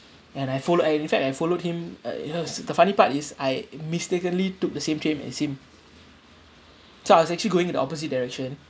and I followed I in fact I followed him uh you know it's the funny part is I mistakenly took the same train as him so I was actually going in the opposite direction